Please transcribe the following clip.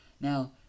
now